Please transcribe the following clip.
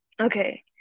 Okay